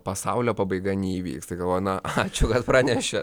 pasaulio pabaiga neįvykstai galvoju ačiū kad pranešėt